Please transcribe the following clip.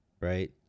right